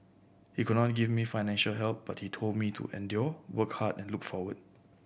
he could not give me financial help but he told me to endure work hard and look forward